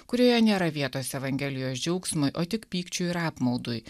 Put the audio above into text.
kurioje nėra vietos evangelijos džiaugsmui o tik pykčiui ir apmaudui